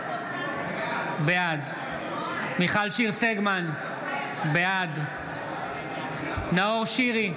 בעד מיכל שיר סגמן, בעד נאור שירי,